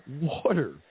water